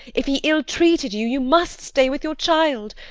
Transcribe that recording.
if he ill-treated you, you must stay with your child.